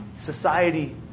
society